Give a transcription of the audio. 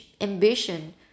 ambition